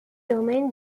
domain